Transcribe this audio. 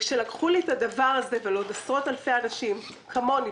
כשלקחו לי ולעוד עשרות אלפי אנשים כמוני,